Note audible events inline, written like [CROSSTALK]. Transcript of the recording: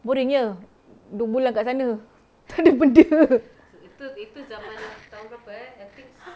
boring nya berbulan kat sana tak ada benda [LAUGHS]